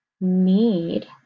need